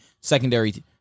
secondary